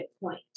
point